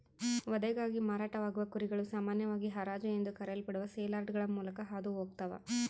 ವಧೆಗಾಗಿ ಮಾರಾಟವಾಗುವ ಕುರಿಗಳು ಸಾಮಾನ್ಯವಾಗಿ ಹರಾಜು ಎಂದು ಕರೆಯಲ್ಪಡುವ ಸೇಲ್ಯಾರ್ಡ್ಗಳ ಮೂಲಕ ಹಾದು ಹೋಗ್ತವ